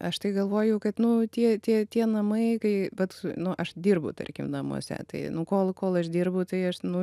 aš tai galvoju kad nu tie tie tie namai kai bet nu aš dirbu tarkim namuose tai nu kol kol aš dirbu tai aš nu